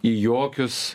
į jokius